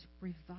Revive